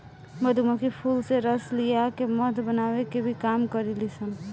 मधुमक्खी फूल से रस लिया के मध बनावे के भी काम करेली सन